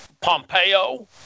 Pompeo